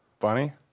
Funny